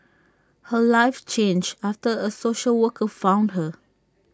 her life changed after A social worker found her